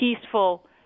peaceful